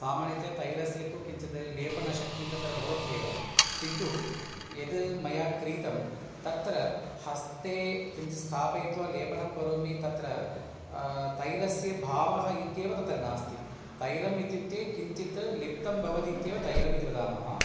सामान्यतया तैलस्य तु किञ्चित् लेपनशक्तिः तत्र भवत्येव किन्तु यद् मया क्रीतं तत्र हस्ते किञ्चित् स्थापयित्वा लेपनं करोमि तत्र तैलस्य भावः इत्येव तत्र नास्ति तैलम् इत्युक्ते किञ्चित् लिप्तं भवति इत्येव तैलम् इति वदामः